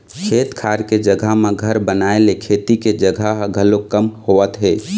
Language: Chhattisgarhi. खेत खार के जघा म घर बनाए ले खेती के जघा ह घलोक कम होवत हे